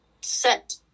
set